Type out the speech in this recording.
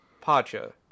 Pacha